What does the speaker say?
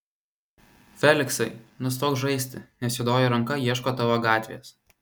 feliksai nustok žaisti nes juodoji ranka ieško tavo gatvės